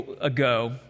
ago